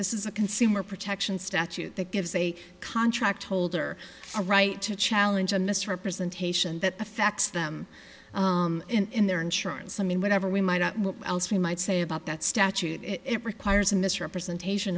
this is a consumer protection statute that gives a contract holder a right to challenge a misrepresentation that affects them in their insurance i mean whatever we might what else we might say about that statute it requires a misrepresentation